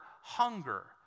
hunger